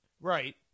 Right